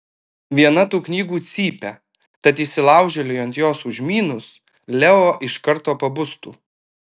viena tų knygų cypia tad įsilaužėliui ant jos užmynus leo iš karto pabustų